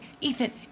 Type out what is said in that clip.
Ethan